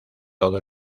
todo